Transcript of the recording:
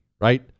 right